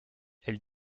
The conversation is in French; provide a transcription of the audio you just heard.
elle